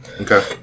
Okay